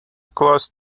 close